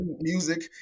Music